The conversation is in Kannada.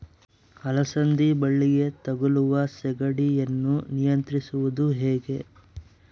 ಅಲಸಂದಿ ಬಳ್ಳಿಗೆ ತಗುಲುವ ಸೇಗಡಿ ಯನ್ನು ನಿಯಂತ್ರಿಸುವುದು ಹೇಗೆ?